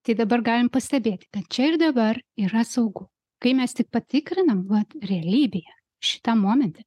tai dabar galim pastebėti kad čia ir dabar yra saugu kai mes tik patikrinam vat realybėje šitam momente